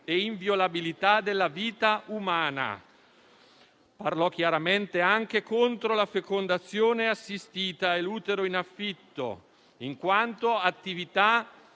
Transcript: dell'inviolabilità della vita umana». Parlò chiaramente anche contro la fecondazione assistita e l'utero in affitto, in quanto attività